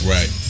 Right